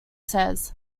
says